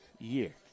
year